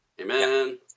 Amen